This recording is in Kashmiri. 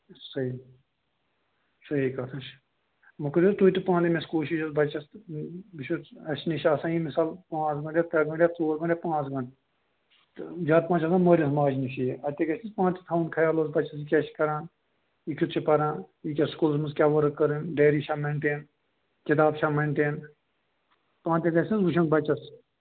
صحی صحی کتھ حظ چھِ وۅنۍ کٔرِو حظ تُہۍ تہِ پانہٕ أمِس کوٗشِش حظ بَچس یہِ چھُ اَسہِ نِش آسان مِثال پانٛژھ گنٹہٕ یا ترٛےٚ گنٹہٕ یا ژور گنٹہٕ یا پٲنٛژھ گنٹہٕ تہٕ زیادٕ پہم چھُ آسان مٲلِس ماجہِ نِشی أتی گژھیٚس پانہٕ تہِ تھاوُن خَیال حظ بَچہِ کیٛاہ چھُ کران یہِ کیُتھ چھُ پران یہِ کیٛاہ سکوٗلس منٛز کیٛاہ ؤرٕک کٔر أمۍ ڈایری چھا مینٛٹیٚن کِتاب چھا مینٛٹیٚن پانہٕ تہِ گژھِ حظ وُچھُن بَچس